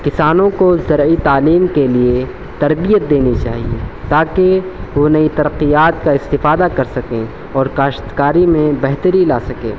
کسانوں کو زرعی تعلیم کے لیے تربیت دینی چاہیے تا کہ وہ نئی ترقّیّات کا استفادہ کر سکیں اور کاشتکاری میں بہتری لا سکیں